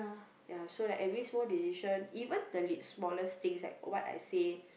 ya so like every small decision even the li~ smallest thing like what I say